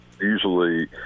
usually